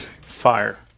fire